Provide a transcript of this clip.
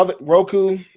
Roku